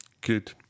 good